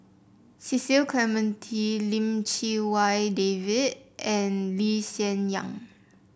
Cecil Clementi Lim Chee Wai David and Lee Hsien Yang